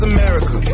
America